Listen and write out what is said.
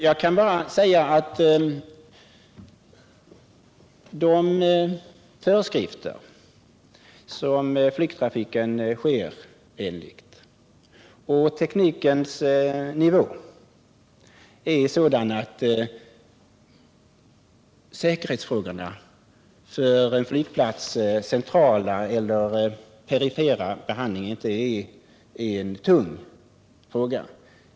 Jag kan bara säga att de föreskrifter enligt vilka flygtrafiken sker liksom teknikens nivå är sådana att säkerheten inte är en tung fråga när det gäller en flygplats centrala eller perifera placering.